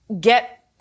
get